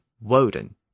Woden